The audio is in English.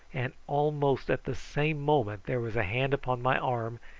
and almost at the same moment there was a hand upon my arm,